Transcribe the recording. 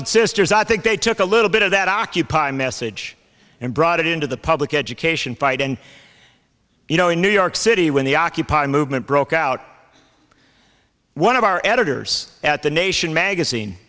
and sisters i think they took a little bit of that occupy a message and brought it into the public education fight and you know in new york city when the occupy movement broke out one of our editors at the nation magazine